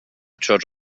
church